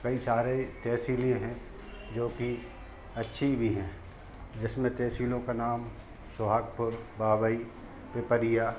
कई सारे तहसीलें हैं जोकि अच्छी भी हैं जिसमें तहसीलों का नाम सोहागपुर बाबई पिपरिया